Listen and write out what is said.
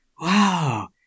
Wow